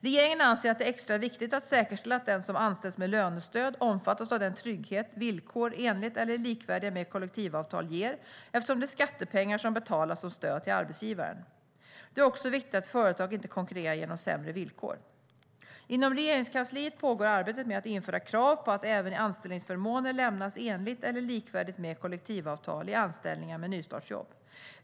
Regeringen anser att det är extra viktigt att säkerställa att den som anställs med lönestöd omfattas av den trygghet som villkor enligt kollektivavtal eller likvärdiga med kollektivavtal ger eftersom det är skattepengar som betalas som stöd till arbetsgivaren. Det är också viktigt att företag inte konkurrerar genom sämre villkor. Inom Regeringskansliet pågår arbetet med att införa krav på att även anställningsförmåner lämnas enligt eller likvärdigt med kollektivavtal i anställningar med nystartsjobb.